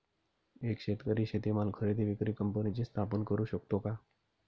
एक शेतकरी शेतीमाल खरेदी विक्री कंपनीची स्थापना करु शकतो का?